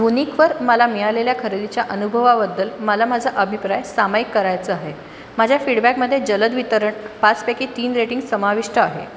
वुनिकवर मला मिळालेल्या खरेदीच्या अनुभवाबद्दल मला माझा अभिप्राय सामायिक करायचा आहे माझ्या फीडबॅकमध्ये जलद वितरण पाचपैकी तीन रेटिंग समाविष्ट आहे